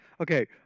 Okay